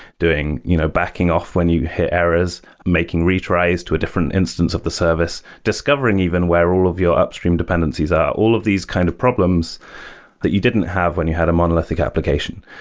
you know backing off when you hit errors. making retries to a different instance of the service. discovering even where all of your upstream dependencies are. all of these kind of problems that you didn't have when you had a monolithic application.